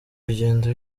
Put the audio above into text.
bigenda